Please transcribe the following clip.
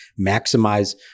maximize